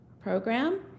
program